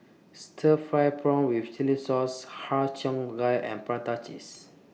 Stir Fried Prawn with Chili Sauce Har Cheong Gai and Prata Cheese